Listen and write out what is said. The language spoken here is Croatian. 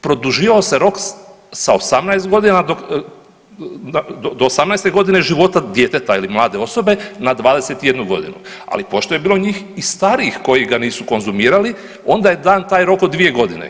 Produživao se rok do 18. godine života djeteta ili mlade osobe, na 21 godinu ali pošto je bilo njih i starijih koji ga nisu konzumirali onda je dan taj rok od 2 godine.